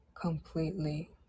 completely